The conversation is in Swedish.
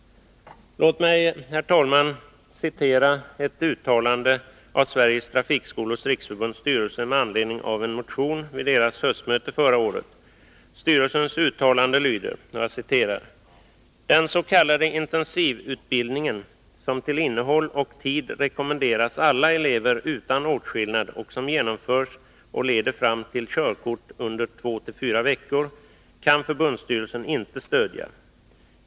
Låt mig även, herr talman, citera ett uttalande av Sveriges Trafikskolors riksförbunds styrelse med anledning av en motion vid dess höstmöte förra året. Styrelsens uttalande lyder: ”Den s.k. intensivutbildningen, som till innehåll och tid rekommenderas alla elever utan åtskillnad och som genomförs och leder fram till körkort under 2-4 veckor, kan förbundsstyrelsen inte stödja.